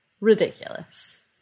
Ridiculous